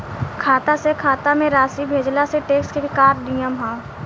खाता से खाता में राशि भेजला से टेक्स के का नियम ह?